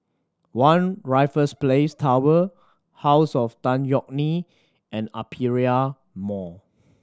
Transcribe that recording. One Raffles Place Tower House of Tan Yeok Nee and Aperia Mall